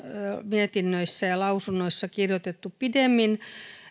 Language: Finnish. mietinnöissä ja lausunnoissa kirjoitettu pitemmin